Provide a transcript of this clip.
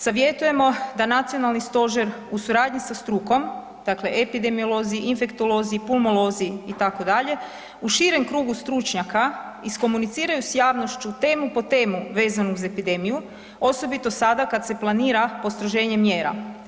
Savjetujemo da nacionalni stožer u suradnji sa strukom, dakle epidemiolozi, infektolozi, pulmolozi itd. u širem krugu stručnjaka iskomuniciraju s javnošću temu po temu vezanu uz epidemiju, osobito sada kad se planira postroženje mjera.